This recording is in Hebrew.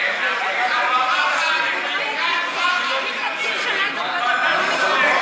אני עכשיו מבקש, עכשיו.